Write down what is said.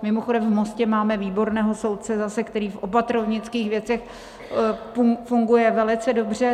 Mimochodem v Mostě máme výborného soudce, který v opatrovnických věcech funguje velice dobře.